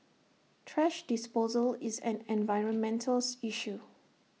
thrash disposal is an environmental issue